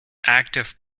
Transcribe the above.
active